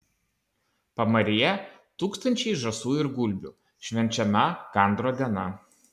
pamaryje tūkstančiai žąsų ir gulbių švenčiama gandro diena